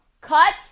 Cut